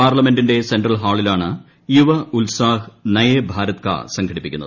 പാർലമെന്റിന്റെ സെൻട്രൽ ഹാളിലാണ് യുവ ഉത്സാഹ് നയേ ഭാരത് കാ സംഘടിപ്പിക്കുന്നത്